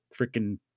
freaking